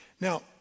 Now